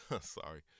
sorry